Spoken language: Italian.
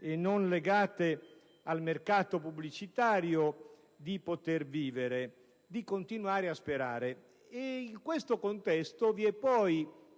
e non legate al mercato pubblicitario di poter vivere e di continuare a sperare.